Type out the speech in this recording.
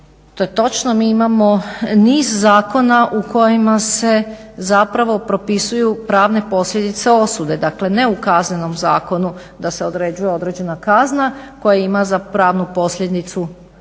točno. Mi imamo niz zakona u kojima se zapravo propisuju pravne posljedice osude, dakle ne u Kaznenom zakonu da se određuje određena kazna koja ima za pravnu posljedicu